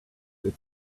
its